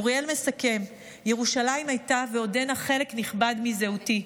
אוריאל מסכם: "ירושלים הייתה ועודנה חלק נכבד מזהותי.